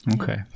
okay